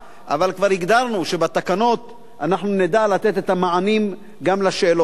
אבל כבר הגדרנו שבתקנות נדע לתת את המענים גם לשאלות האלה.